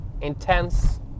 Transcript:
intense